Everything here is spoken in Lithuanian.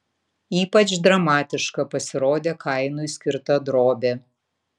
ypač dramatiška pasirodė kainui skirta drobė